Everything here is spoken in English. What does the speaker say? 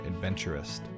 adventurist